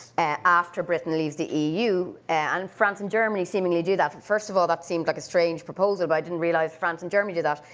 after britain leaves the eu, and france and germany seemingly do that. and first of all, that seemed like a strange proposal, but i didn't realize france and germany do that,